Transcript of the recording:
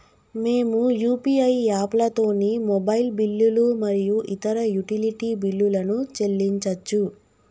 మేము యూ.పీ.ఐ యాప్లతోని మొబైల్ బిల్లులు మరియు ఇతర యుటిలిటీ బిల్లులను చెల్లించచ్చు